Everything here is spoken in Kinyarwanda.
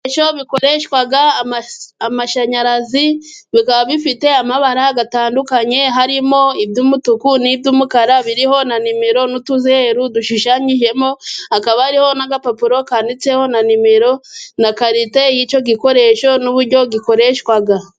Ibikoresho bikoreshwa amashanyarazi, bikaba bifite amabara atandukanye. Harimo iby'umutuku n'iby'umukara. Biriho na nimero n'utuzeru dushushanyijemo. Hakaba hariho n'agapapuro kanditseho na nimero na karite y'icyo gikoresho n'uburyo gikoreshwa.